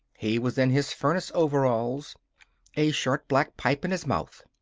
he was in his furnace overalls a short black pipe in his mouth.